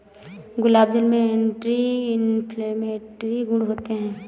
गुलाब जल में anti inflammatory गुण होते हैं